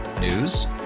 News